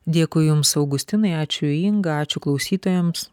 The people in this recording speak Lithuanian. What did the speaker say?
dėkui jums augustinai ačiū inga ačiū klausytojams